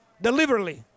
Deliberately